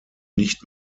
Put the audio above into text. nicht